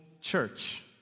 church